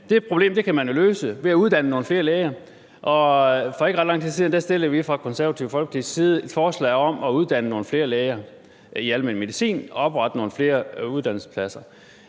Det problem kan man jo løse ved at uddanne nogle flere læger, og for ikke ret lang tid siden fremsatte vi fra Det Konservative Folkepartis side et forslag om at uddanne nogle flere læger i almen medicin og oprette nogle flere uddannelsespladser.